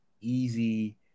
easy